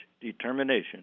determination